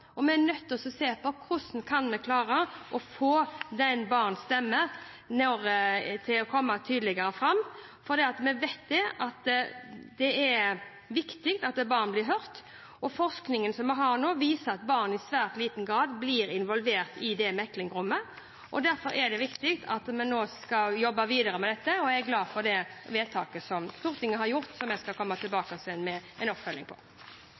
Vi er nødt til å se på hvordan vi kan klare å få barns stemmer til å komme tydeligere fram, for vi vet at det er viktig at barn blir hørt. Forskningen som vi har nå, viser at barn i svært liten grad blir involvert i meklingsrommet. Derfor er det viktig at vi nå skal jobbe videre med dette, og jeg er glad for det vedtaket som Stortinget har gjort, og som vi skal komme tilbake med en oppfølging